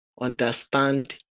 understand